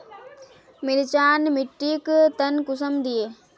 मिर्चान मिट्टीक टन कुंसम दिए?